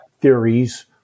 theories